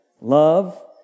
love